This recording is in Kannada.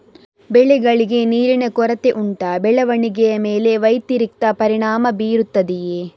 ಬೆಳೆಗಳಿಗೆ ನೀರಿನ ಕೊರತೆ ಉಂಟಾ ಬೆಳವಣಿಗೆಯ ಮೇಲೆ ವ್ಯತಿರಿಕ್ತ ಪರಿಣಾಮಬೀರುತ್ತದೆಯೇ?